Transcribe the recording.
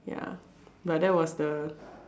ya but that was the